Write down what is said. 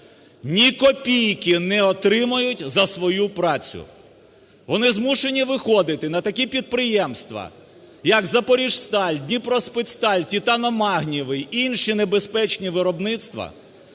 ні копійки не отримають за свою працю. Вони змушені виходити на такі підприємства, як "Запоріжсталь", "Дніпроспецсталь", титано-магнійовий, інші небезпечні виробництва,